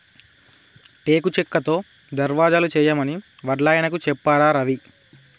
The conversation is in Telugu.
టేకు చెక్కతో దర్వాజలు చేయమని వడ్లాయనకు చెప్పారా రవి